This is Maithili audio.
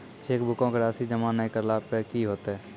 चेकबुको के राशि जमा नै करला पे कि होतै?